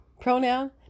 Pronoun